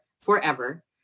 forever